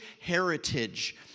heritage